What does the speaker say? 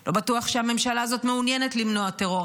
לא בטוח שהממשלה הזאת מעוניינת למנוע טרור,